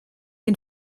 den